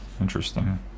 interesting